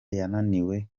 yananiwe